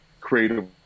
creative